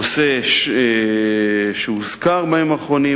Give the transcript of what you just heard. נושא שהוזכר בימים האחרונים,